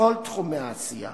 "בכל תחומי העשייה,